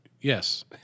Yes